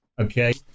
okay